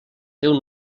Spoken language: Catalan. déu